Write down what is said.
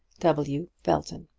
w. belton.